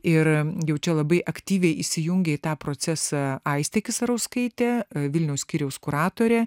ir jau čia labai aktyviai įsijungė į tą procesą aistė kisarauskaitė vilniaus skyriaus kuratorė